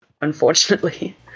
Unfortunately